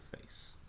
face